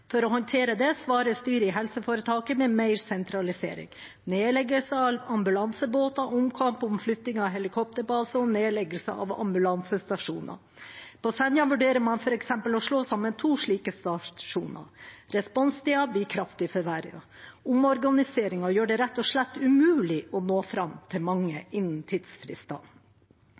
For å håndtere det svarer styret i helseforetaket med mer sentralisering, nedleggelse av ambulansebåttilbud, omkamp om flytting av helikopterbase og nedleggelse av ambulansestasjoner. På Senja vurderer man f.eks. å slå sammen to slike stasjoner. Responstiden blir kraftig økt. Omorganiseringen gjør det rett og slett umulig å nå fram til mange innen tidsfristen.